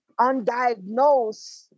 Undiagnosed